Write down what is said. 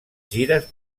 gires